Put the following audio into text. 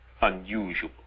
unusual